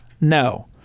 No